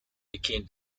became